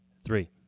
three